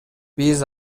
биз